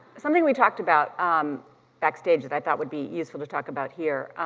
something we talked about um backstage that i thought would be useful to talk about here